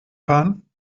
fahren